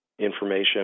information